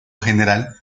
general